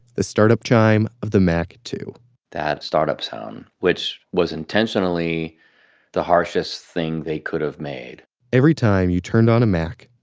the startup chime of the mac ii that startup sound which was intentionally the hardest thing they could have made every time you turned on a mac,